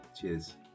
cheers